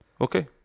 Okay